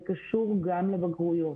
זה קשור גם לבגרויות.